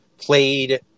played